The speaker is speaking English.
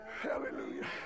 Hallelujah